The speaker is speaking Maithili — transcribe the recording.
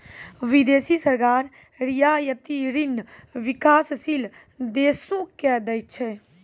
बिदेसी सरकार रियायती ऋण बिकासशील देसो के दै छै